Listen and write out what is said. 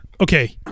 Okay